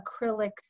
acrylics